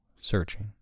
searching